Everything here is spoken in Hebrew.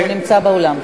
הוא נמצא באולם.